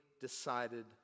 decided